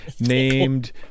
named